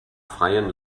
freien